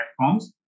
platforms